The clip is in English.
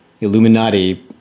Illuminati